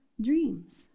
dreams